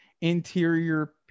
interior